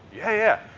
yeah, yeah.